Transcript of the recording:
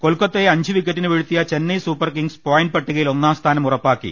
കൊൽക്കത്തയെ അ ഞ്ചു വിക്കറ്റിന് വീഴ്ത്തിയ ചെന്നൈ സൂപ്പർ കിങ്സ് പോയിന്റ് പ ട്ടികയിൽ ഒന്നാം സ്ഥാനം ഉറപ്പാക്കി